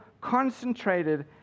concentrated